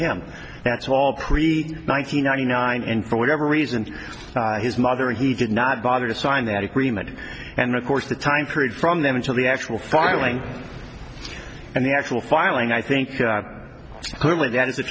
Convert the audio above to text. him that's all pre nine hundred ninety nine and for whatever reason his mother he did not bother to sign that agreement and of course the time period from them until the actual filing and the actual filing i think clearly that is a